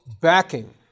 backing